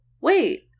wait